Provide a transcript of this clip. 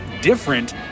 different